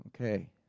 Okay